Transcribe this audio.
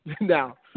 now